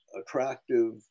attractive